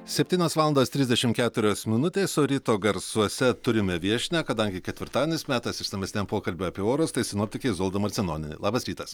septynios valandos trisdešimt keturios minutės o ryto garsuose turime viešnią kadangi ketvirtadienis metas išsamesniam pokalbiui apie orus tai sinoptikė izolda marcinonienė labas rytas